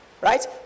Right